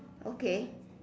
okay